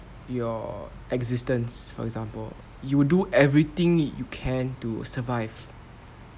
your existence for example you'll do everything you can to survive